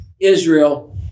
Israel